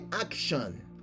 action